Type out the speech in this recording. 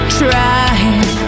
trying